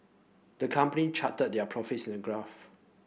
the company charted their profits in a graph